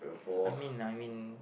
I mean I mean